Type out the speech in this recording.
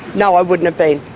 no, i wouldn't have been,